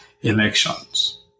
elections